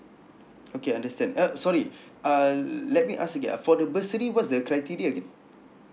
okay understand uh sorry uh let me ask again for the bursary what's the criteria again